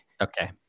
Okay